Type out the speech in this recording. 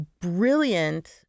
brilliant